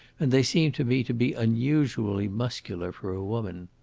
and they seemed to me to be unusually muscular for a woman.